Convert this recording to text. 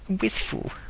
wistful